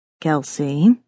Kelsey